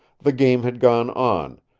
the game had gone on,